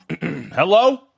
Hello